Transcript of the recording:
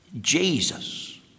Jesus